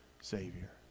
Savior